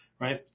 Right